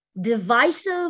divisive